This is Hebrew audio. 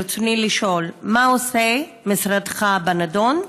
ברצוני לשאול: 1. מה עושה משרדך בנדון?